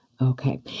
Okay